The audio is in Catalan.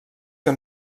que